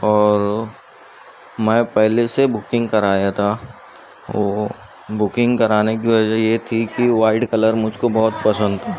اور میں پہلے سے بکنگ کرایا تھا وہ بکنگ کرانے کی وجہ یہ تھی کہ وائٹ کلر مجھ کو بہت پسند تھا